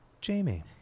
Jamie